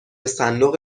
صندوق